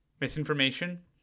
Misinformation